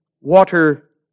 water